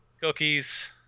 cookies